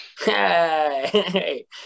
Hey